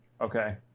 Okay